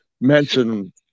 mention